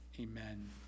amen